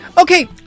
Okay